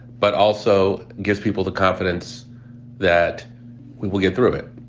but also gives people the confidence that we will get through it.